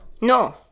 No